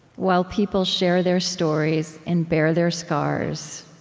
while people share their stories and bare their scars,